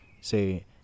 say –